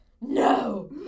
No